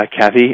Kathy